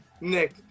nick